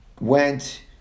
went